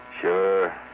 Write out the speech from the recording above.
Sure